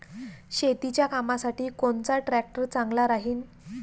शेतीच्या कामासाठी कोनचा ट्रॅक्टर चांगला राहीन?